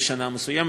בשנה מסוימת.